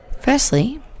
firstly